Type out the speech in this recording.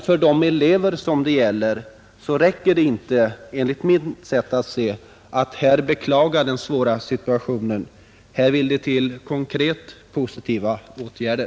För de elever det gäller räcker det inte med att man beklagar den svåra situationen — här vill det till konkreta, positiva åtgärder.